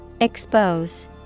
Expose